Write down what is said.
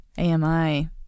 AMI